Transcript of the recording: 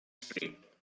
straight